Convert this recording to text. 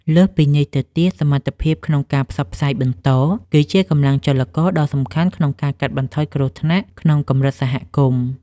លើសពីនេះទៅទៀត សមត្ថភាពក្នុងការផ្សព្វផ្សាយបន្ត គឺជាកម្លាំងចលករដ៏សំខាន់ក្នុងការកាត់បន្ថយគ្រោះថ្នាក់ក្នុងកម្រិតសហគមន៍។